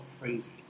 crazy